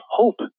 hope